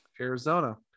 arizona